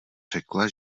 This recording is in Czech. řekla